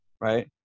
Right